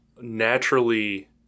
naturally